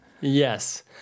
Yes